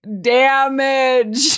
Damage